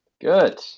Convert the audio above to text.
good